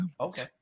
Okay